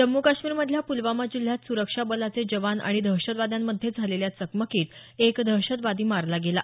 जम्मू काश्मीरमधल्या पुलवामा जिल्ह्यात सुरक्षा बलाचे जवान आणि दहशतवाद्यांमध्ये झालेल्या चकमकीत एक दहशतवादी मारला गेला